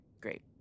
Great